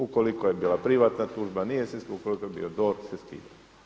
Ukoliko je bila privatna tužba nije se … ukoliko je bio DORH se skida.